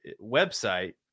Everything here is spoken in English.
website